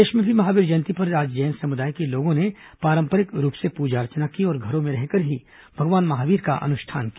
प्रदेश में भी महावीर जयंती पर आज जैन समुदाय के लोगों ने पारंपरिक रूप से पूजा अर्चना की और घरों में रहकर ही भगवान महावीर का अनुष्ठान किया